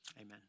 amen